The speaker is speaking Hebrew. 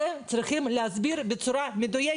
נכון.